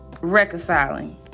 reconciling